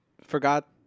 forgot